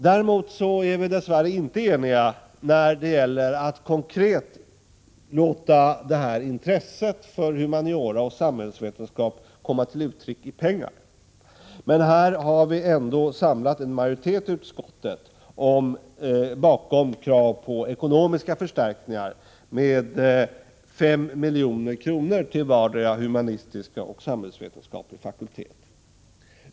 Däremot är vi dess värre inte eniga när det gäller att konkret låta detta intresse för humaniora och samhällsvetenskap komma till uttryck i pengar. Men här har vi ändå samlat en majoritet i utskottet bakom kravet på ekonomiska förstärkningar med 5 milj.kr. till vardera humanistisk och samhällsvetenskaplig fakultet.